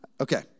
Okay